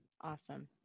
Awesome